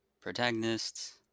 protagonists